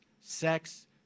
sex